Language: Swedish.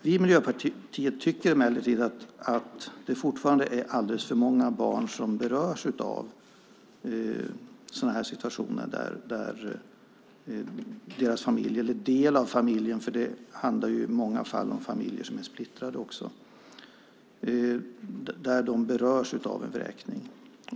Vi i Miljöpartiet tycker emellertid att det fortfarande är alldeles för många barn vars familj eller en del av familjen, för det handlar i många fall om splittrade familjer, berörs av en vräkning.